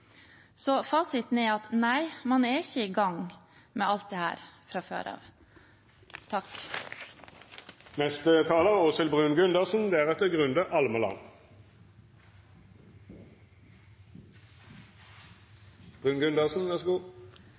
Så fasiten er: Nei, man er ikke i gang med alt dette fra før.